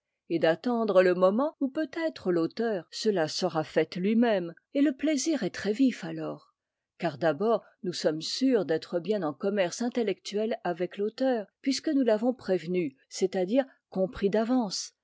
et d'attendre le moment où peut-être l'auteur se la sera faite lui-même et le plaisir est très vif alors car d'abord nous sommes sûrs d'être bien en commerce intellectuel avec l'auteur puisque nous l'avons prévenu c'est-à-dire compris d'avance